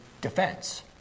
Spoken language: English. defense